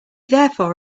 therefore